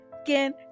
again